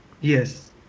Yes